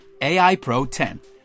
AIPRO10